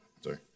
sorry